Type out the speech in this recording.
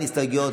אין הסתייגויות,